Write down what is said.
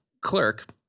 clerk